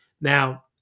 Now